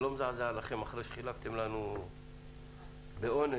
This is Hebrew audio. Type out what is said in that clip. אני רואה שזה לא מזעזע אתכם אחרי שחילקתם לנו במעט אונס,